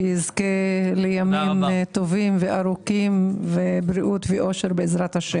שיזכה לימים טובים וארוכים ובריאות ואושר בעז"ה.